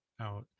out